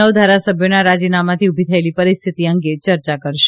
નવ ધારાસભ્યોના રાજીનામાથી ઉભી થયેલી પરિસ્થિતિ અંગે ચર્ચા કરશે